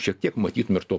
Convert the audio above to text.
šiek tiek matytum ir to